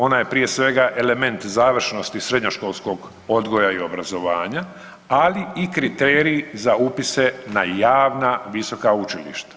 Ona je prije svega element završnosti srednjoškolskog odgoja i obrazovanja, ali kriterij za upise na javna visoka učilišta.